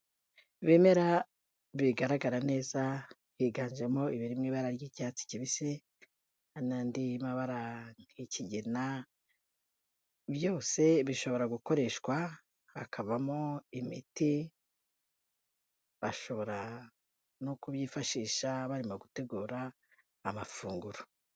Ibemera bigaragara neza, higanjemo ibiri mu ibara ry'icyatsi kibisi, hari n'andi mabara nk'ikigina, byose bishobora gukoreshwa hakavamo imiti bashobora no kubyifashisha barimo gutegura amafunguro.